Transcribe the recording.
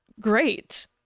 great